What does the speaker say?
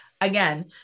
Again